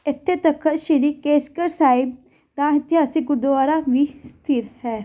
ਇੱਥੇ ਤਖਤ ਸ਼੍ਰੀ ਕੇਸਗੜ੍ਹ ਸਾਹਿਬ ਦਾ ਇਤਿਹਾਸਿਕ ਗੁਰਦੁਆਰਾ ਵੀ ਸਥਿਤ ਹੈ